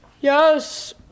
Yes